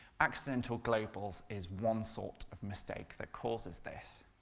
accidental globals is one sort of mistake that causes this.